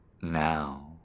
Now